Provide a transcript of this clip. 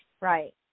Right